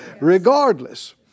regardless